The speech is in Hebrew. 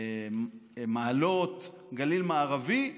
מעלות, גליל מערבי,